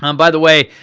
um by the way,